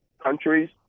countries